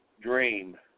dream